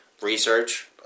research